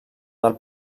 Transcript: del